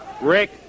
Rick